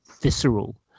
visceral